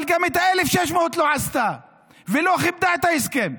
אבל גם את ה-1,600 לא עשתה ולא כיבדה את ההסכם.